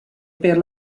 per